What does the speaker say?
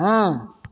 हँ